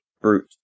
Brute